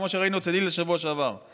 כמו שראינו אצל הלל בשבוע שעבר,